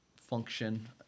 function